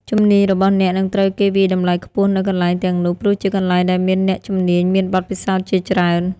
ជំនាញរបស់អ្នកនឹងត្រូវគេវាយតម្លៃខ្ពស់នៅកន្លែងទាំងនោះ ព្រោះជាកន្លែងដែលមានអ្នកជំនាញមានបទពិសោធជាច្រើន។